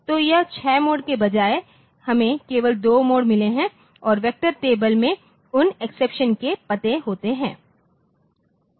तो उस छह मोड के बजाय हैं हमें केवल दो मोड मिले हैं और वेक्टर टेबल में उन एक्सेप्शन के पते होंगे